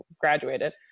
graduated